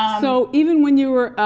um so even when you were,